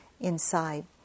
inside